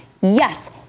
Yes